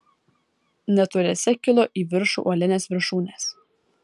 netoliese kilo į viršų uolinės viršūnės